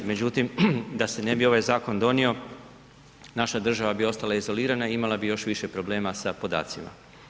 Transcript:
Međutim, da se ne bi ovaj zakon donio naša država bi ostala izolirana i imala bi još više problema sa podacima.